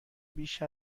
بیش